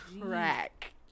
Crack